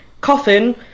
coffin